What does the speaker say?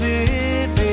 Living